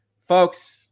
Folks